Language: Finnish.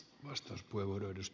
arvoisa puhemies